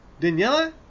Daniela